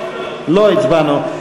לא הצבענו.